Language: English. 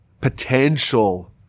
potential